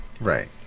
right